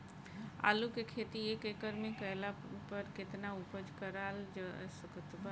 आलू के खेती एक एकड़ मे कैला पर केतना उपज कराल जा सकत बा?